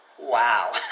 Wow